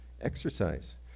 exercise